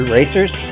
Racers